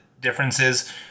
differences